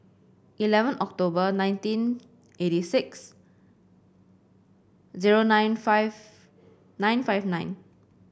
eleven October nineteen eighty six zero nine five nine five nine